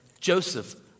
Joseph